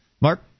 Mark